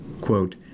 quote